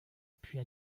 puis